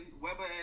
Weber